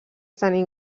tenint